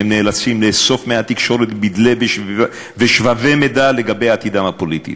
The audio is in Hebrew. הם נאלצים לאסוף מהתקשורת בדלי ושבבי מידע לגבי עתידם הפוליטי,